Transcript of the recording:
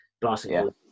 Basketball